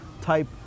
type